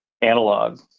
analog